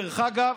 דרך אגב,